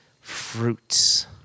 fruits